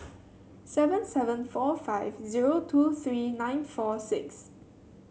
seven seven four five zero two three nine four six